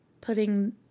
putting